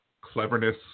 cleverness